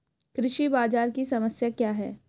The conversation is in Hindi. कृषि बाजार की समस्या क्या है?